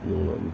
用了呢